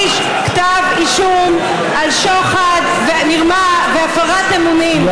להגיש כתב אישום על שוחד ועל מרמה והפרת אמונים.